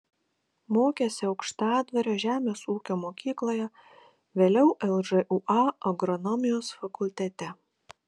mokėsi aukštadvario žemės ūkio mokykloje vėliau lžūa agronomijos fakultete